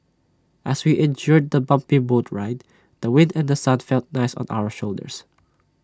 as we endured the bumpy boat ride the wind and sun felt nice on our shoulders